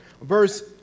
verse